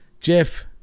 Jeff